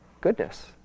goodness